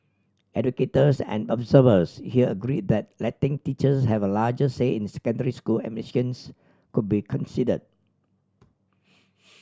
educators and observers here agree that letting teachers have a larger say in secondary school admissions could be consider